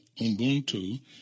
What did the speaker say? Ubuntu